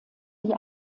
die